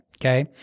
Okay